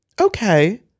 okay